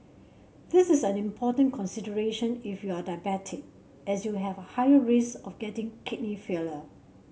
this is an important consideration if you are diabetic as you have a higher risk of getting kidney